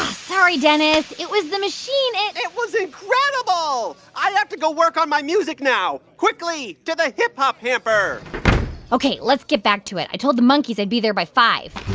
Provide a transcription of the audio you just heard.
sorry, dennis. it was the machine it it was incredible. i have to go work on my music now. quickly, to the hip-hop hamper ok. let's get back to it. i told the monkeys i'd be there by five